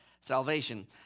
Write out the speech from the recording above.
salvation